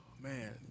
man